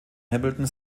hamilton